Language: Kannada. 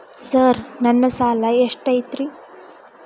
ಸರ್ ನನ್ನ ಸಾಲಾ ಎಷ್ಟು ಐತ್ರಿ?